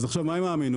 אז עכשיו מה עם האמינות?